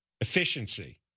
efficiency